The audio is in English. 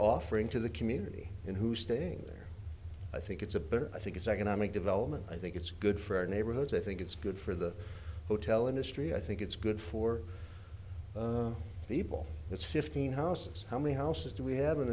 offering to the community and who's staying there i think it's a better i think it's economic development i think it's good for our neighborhoods i think it's good for the hotel industry i think it's good for people it's fifteen houses how many houses do we have in